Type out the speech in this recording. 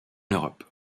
europe